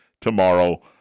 tomorrow